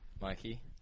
Mikey